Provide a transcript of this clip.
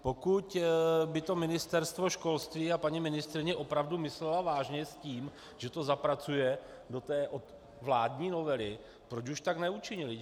Pokud by to Ministerstvo školství a paní ministryně opravdu myslely vážně s tím, že to zapracují do té vládní novely, proč už tak neučinily?